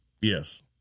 Yes